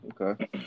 Okay